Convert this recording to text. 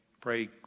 pray